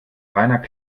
reiner